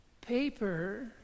Paper